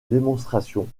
démonstration